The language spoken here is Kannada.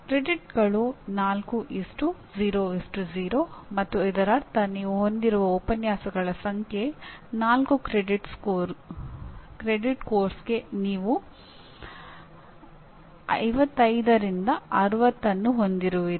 ಕ್ರೆಡಿಟ್ಗಳು 4 0 0 ಮತ್ತು ಇದರರ್ಥ ನೀವು ಹೊಂದಿರುವ ಉಪನ್ಯಾಸಗಳ ಸಂಖ್ಯೆ 4 ಕ್ರೆಡಿಟ್ ಪಠ್ಯಕ್ರಮಕ್ಕೆ ನೀವು 55 ರಿಂದ 60 ಅನ್ನು ಹೊಂದಿರುವಿರಿ